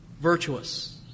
virtuous